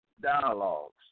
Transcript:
dialogues